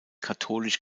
katholisch